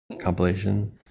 compilation